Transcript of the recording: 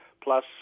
plus